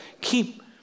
keep